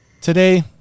Today